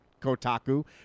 Kotaku